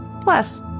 Plus